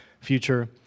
future